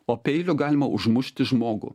o peiliu galima užmušti žmogų